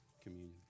communion